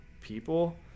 people